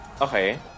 Okay